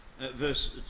verse